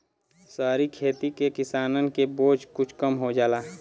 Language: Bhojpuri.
सहरी खेती से किसानन के बोझ कुछ कम हो जाला